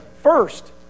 First